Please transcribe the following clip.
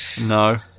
No